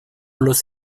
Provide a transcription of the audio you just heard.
los